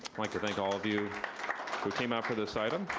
like to thank all of you who came out for this item.